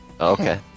Okay